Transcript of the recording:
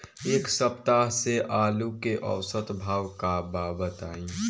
एक सप्ताह से आलू के औसत भाव का बा बताई?